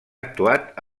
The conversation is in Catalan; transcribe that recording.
actuat